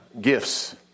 Gifts